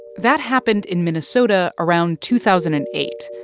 that happened in minnesota around two thousand and eight,